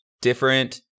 different